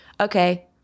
okay